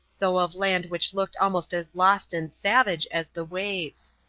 though of land which looked almost as lost and savage as the waves.